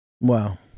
Wow